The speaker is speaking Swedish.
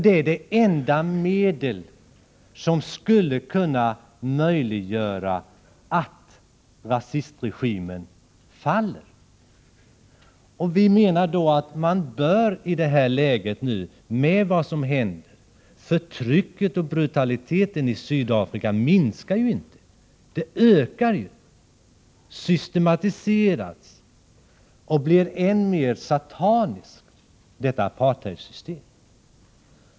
Det är det enda medel som skulle kunna möjliggöra att rasistregimen faller. Läget nu är sådant att förtrycket och brutaliteten i Sydafrika inte minskar utan i stället ökar och systematiseras, och apartheidsystemet blir än mer sataniskt.